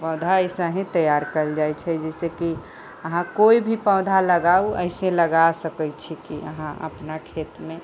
पौधा एसा ही तैयार कयल जाइ छै जैसे की अहाँ कोइ भी पौधा लगाउ एसे लगा सकै छी की अहाँ अपना खेत मे